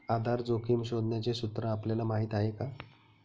आधार जोखिम शोधण्याचे सूत्र आपल्याला माहीत आहे का?